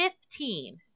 Fifteen